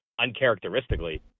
uncharacteristically